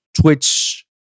Twitch